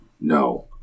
No